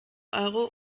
euro